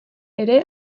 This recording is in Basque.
ere